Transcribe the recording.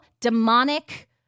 demonic